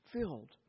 filled